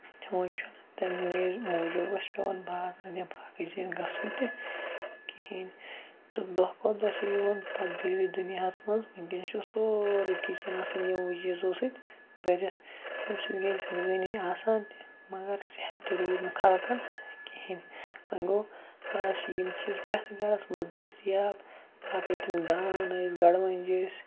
تِمَن چھُنہٕ تَمہِ وِزِ موٗجوٗب اَسہِ پیٚوان بازرَن یا باقٕے جایَن گژھُن تہِ کِہیٖنۍ تہٕ دۄہ کھۄتہٕ دۄہ چھِ یِوان تبدیٖلی دُنیاہَس منٛز وٕنکیٚنَس چھِ سورُے کِچَن آسان یِموُے چیٖزو سۭتۍ بٔرِتھ ییٚمہِ سۭتۍ گٔے زِندگٲنی آسان تہِ مگر صحت تہِ روٗد نہٕ خلقَن کِہیٖنۍ وۄنۍ گوٚو اَز چھِ یِم چیٖز پرٛٮ۪تھ گَرَس منٛز دٔستیاب باقٕے تِم دان ٲسۍ گَڑٕوٲنجہِ ٲسۍ